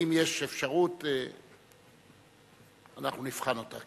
ואם יש אפשרות, אנחנו נבחן אותה.